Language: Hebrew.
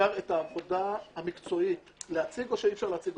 אפשר את העבודה המקצועית להציג או שאי אפשר להציג אותה?